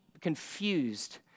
confused